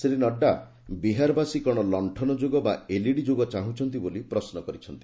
ଶ୍ରୀ ନଡ୍ଗା ବିହାରବାସୀ କଶ' ଲକ୍ଷନ ଯୁଗ ବା ଏଲ୍ଇଡି ଯୁଗ ଚାହୁଁଛନ୍ତି ବୋଲି ପ୍ରଶ୍ନ କରିଛନ୍ତି